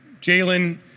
Jalen